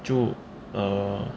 就 err